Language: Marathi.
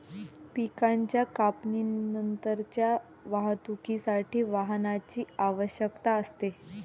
पिकाच्या कापणीनंतरच्या वाहतुकीसाठी वाहनाची आवश्यकता असते